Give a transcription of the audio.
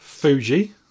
Fuji